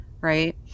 right